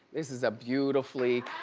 this is a beautifully.